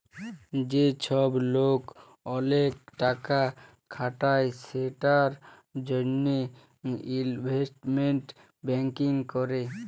যে চ্ছব লোক ওলেক টাকা খাটায় সেটার জনহে ইলভেস্টমেন্ট ব্যাঙ্কিং ক্যরে